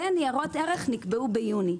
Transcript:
וניירות ערך נקבעו ביוני.